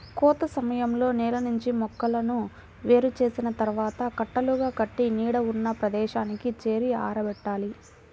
కోత సమయంలో నేల నుంచి మొక్కలను వేరు చేసిన తర్వాత కట్టలుగా కట్టి నీడ ఉన్న ప్రదేశానికి చేర్చి ఆరబెట్టాలి